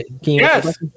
yes